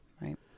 Right